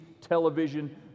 television